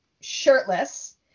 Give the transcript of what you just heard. shirtless